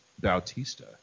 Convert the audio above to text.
Bautista